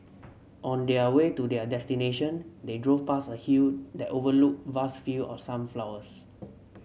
on their way to their destination they drove past a hill that overlooked vast field of sunflowers